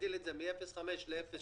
חשבון הבנק של העצמאי או השכיר בעל שליטה